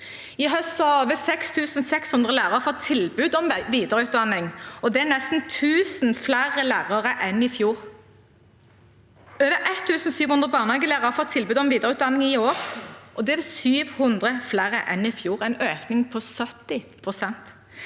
I høst har over 6 600 lærere fått tilbud om videreutdanning, og det er nesten 1 000 flere lærere enn i fjor. Over 1 700 barnehagelærere får tilbud om videreutdanning i år. Det er 700 flere enn i fjor, en økning på 70 pst.